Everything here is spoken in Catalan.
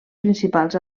principals